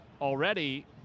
already